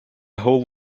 whole